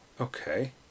okay